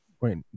Wait